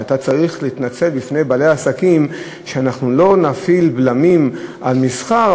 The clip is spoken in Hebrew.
שאתה צריך להתנצל בפני בעלי עסקים ושאנחנו לא נפעיל בלמים על מסחר,